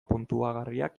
puntuagarriak